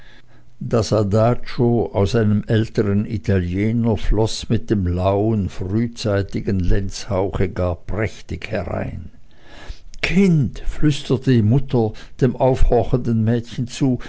das adagio aus einem ältern italiener floß mit dem lauen frühzeitigen lenzhauche gar prächtig herein kind flüsterte die mutter dem aufhorchenden mädchen zu